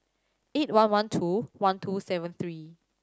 eight one one two one two seven three